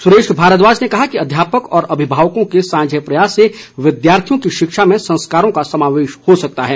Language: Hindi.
सुरेश भारद्वाज ने कहा कि अध्यापक और अभिभावकों के सांझे प्रयासों से विद्यार्थियों की शिक्षा में संस्कारों का समावेश हो सकता है